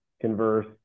converse